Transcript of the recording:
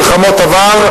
מלחמות עבר,